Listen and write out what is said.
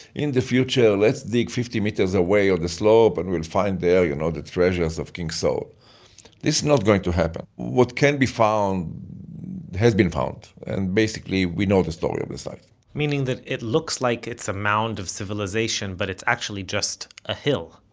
in the future, let's dig fifty meters away on the slope and we'll find there, you know, the treasures of king saul this is not going to happen. what can be found has been found, and basically we know the story of the site meaning that it looks like it's a mound of civilization, but it's actually just a hill?